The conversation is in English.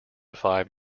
five